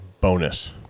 bonus